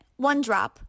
OneDrop